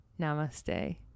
Namaste